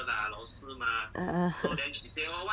ah ah